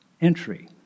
entry